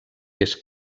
des